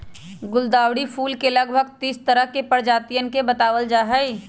गुलदावरी फूल के लगभग तीस तरह के प्रजातियन के बतलावल जाहई